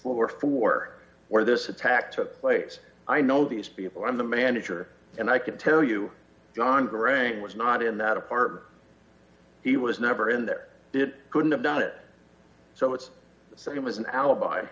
where were for where this attack took place i know these people i'm the manager and i can tell you john garang was not in that apartment he was never in there it couldn't have done it so it's the same as an alibi